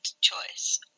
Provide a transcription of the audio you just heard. choice